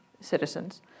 citizens